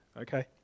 okay